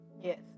Yes